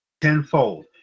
Tenfold